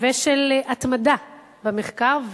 ושל התמדה במחקר.